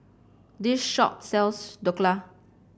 this shop sells Dhokla